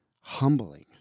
humbling